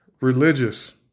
religious